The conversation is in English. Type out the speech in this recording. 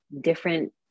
different